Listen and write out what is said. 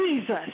Jesus